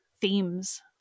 themes